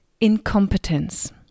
incompetence